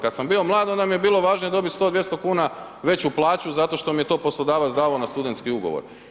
Kada sam bio mlad onda mi je bilo važno dobiti 100, 200 kuna veću plaću zato što mi je to poslodavac davao na studentski ugovor.